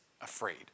afraid